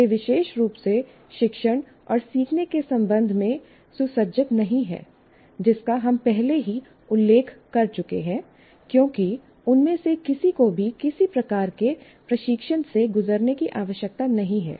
वे विशेष रूप से शिक्षण और सीखने के संबंध में सुसज्जित नहीं हैं जिसका हम पहले ही उल्लेख कर चुके हैं क्योंकि उनमें से किसी को भी किसी प्रकार के प्रशिक्षण से गुजरने की आवश्यकता नहीं है